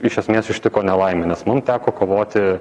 iš esmės ištiko nelaimė nes mum teko kovoti